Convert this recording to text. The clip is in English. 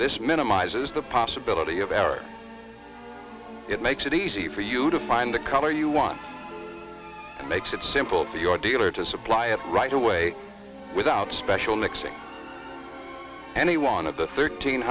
this minimizes the possibility of error it makes it easy for you to find the color you want and makes it simple to your dealer to supply it right away without special mixing any one of the thirteen